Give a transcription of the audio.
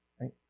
right